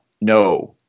No